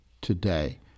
today